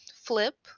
flip